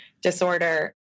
disorder